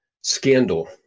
scandal